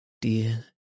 dear